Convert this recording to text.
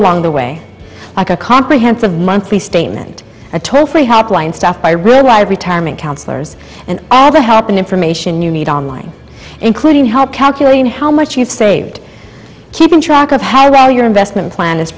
in the way like a comprehensive monthly statement a toll free hotline stuff i realize retirement counselors and all the help and information you need online including help calculating how much you've saved keeping track of how well your investment plan is